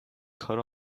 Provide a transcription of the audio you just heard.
cut